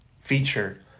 feature